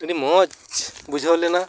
ᱟᱹᱰᱤ ᱢᱚᱡᱽ ᱵᱩᱡᱷᱟᱹᱣ ᱞᱮᱱᱟ